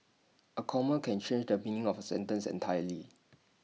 A comma can change the meaning of A sentence entirely